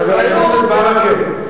חבר הכנסת ברכה,